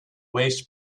waves